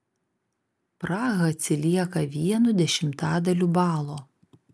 praha atsilieka vienu dešimtadaliu balo